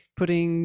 putting